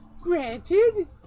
granted